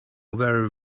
very